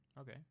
Okay